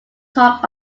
talk